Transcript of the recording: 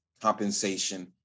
compensation